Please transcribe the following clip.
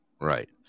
Right